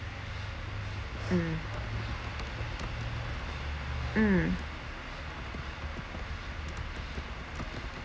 mm mm